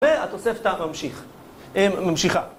והתוספתא ממשיך... ממשיכה.